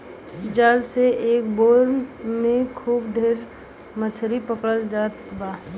जाल से एक बेर में खूब ढेर मछरी पकड़ल जात बा